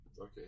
Okay